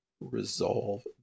resolve